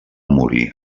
morir